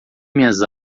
minhas